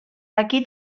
aquí